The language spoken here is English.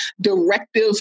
directive